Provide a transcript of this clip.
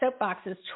soapboxes